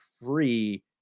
free